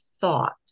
thought